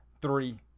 Three